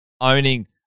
owning